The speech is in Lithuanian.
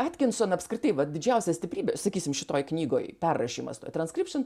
atkinson apskritai va didžiausia stiprybė sakysim šitoj knygoj perrašymas toj transkripšin